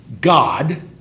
God